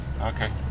Okay